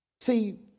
See